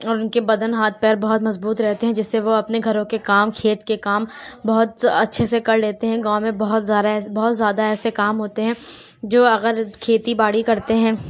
اور ان کے بدن ہاتھ پیر بہت مضبوط رہتے ہیں جس سے وہ اپنے گھروں کے کام کھیت کے کام بہت اچھے سے کر لیتے ہیں گاؤں میں بہت زارہ بہت زیادہ ایسے کام ہوتے ہیں جو اگر کھیتی باڑی کرتے ہیں